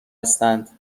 هستند